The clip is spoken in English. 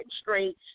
straight